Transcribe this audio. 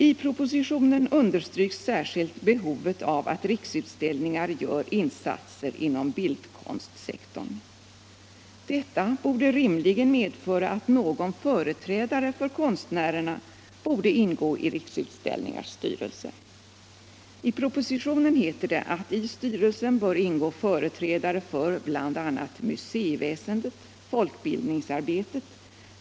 I propositionen understryks särskilt behovet av att Riksutställningar gör insatser inom bildkonstsektorn. Detta borde rimligen medföra att någon företrädare för konstnärerna får ingå i Riksutställningars styrelse. I propositionen heter det att i styrelsen bör ingå företrädare för bl.a. museiväsendet, folkbildningsarbetet.